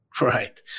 Right